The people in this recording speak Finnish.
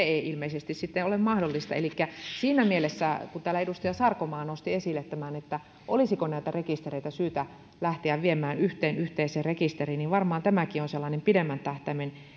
ei ilmeisesti ole mahdollista elikkä siinä mielessä kun täällä edustaja sarkomaa nosti esille tämän olisiko näitä rekistereitä syytä lähteä viemään yhteen yhteiseen rekisteriin varmaan tämäkin on sellainen pidemmän tähtäimen